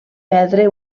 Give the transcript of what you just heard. perdre